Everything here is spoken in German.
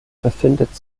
befindet